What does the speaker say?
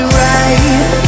right